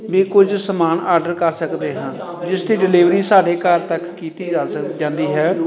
ਵੀ ਕੁਝ ਸਮਾਨ ਆਡਰ ਕਰ ਸਕਦੇ ਹਾਂ ਜਿਸਦੀ ਡਿਲੀਵਰੀ ਸਾਡੇ ਘਰ ਤੱਕ ਕੀਤੀ ਜਾ ਸਕ ਜਾਂਦੀ ਹੈ